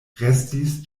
restis